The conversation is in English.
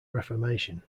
reformation